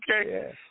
Okay